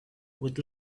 would